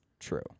true